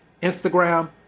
Instagram